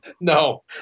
No